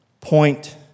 point